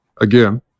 again